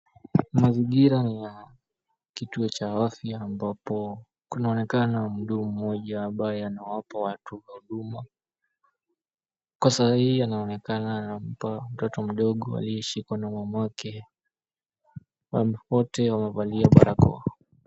Mazingira ya kituo cha afya ambapo kunaonekana mhudumu mmoja ambaye wanawapa watu huduma, kwa saa hii anaonekana akimpa mtoto mdogo aliyeshikwa na mamake, wote wamevalia barakoa.